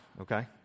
okay